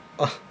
ah